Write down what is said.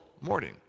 Morning